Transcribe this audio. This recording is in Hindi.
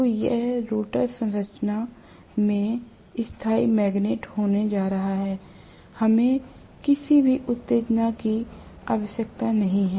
तो यह रोटर संरचना में स्थायी मैग्नेट होने जा रहा है हमें किसी भी उत्तेजना की आवश्यकता नहीं है